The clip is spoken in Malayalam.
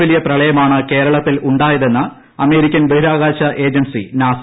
വലിയ പ്രളയമാണ് ക്ലേരളത്തിലുണ്ടായതെന്നു അമേരിക്കൻ ബഹിരാകാശ ഏജൻസി നാസ